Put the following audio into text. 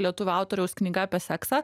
lietuvių autoriaus knyga apie seksą